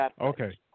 Okay